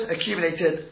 accumulated